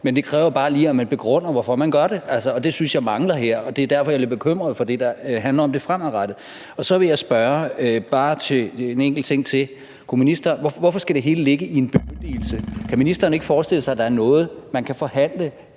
men det kræver bare lige, at man begrunder, hvorfor man gør det. Det synes jeg mangler her. Det er derfor, jeg er lidt bekymret for det, der handler om det fremadrettede. Så vil jeg bare spørge om en enkelt ting mere: Hvorfor skal det hele ligge i en bemyndigelse? Kan ministeren ikke forestille sig, at der er noget, man kan forhandle